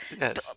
Yes